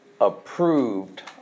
approved